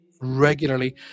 regularly